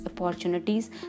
opportunities